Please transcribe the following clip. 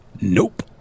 Nope